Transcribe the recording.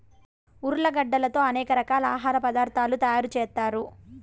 ఉర్లగడ్డలతో అనేక రకాల ఆహార పదార్థాలు తయారు చేత్తారు